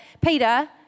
Peter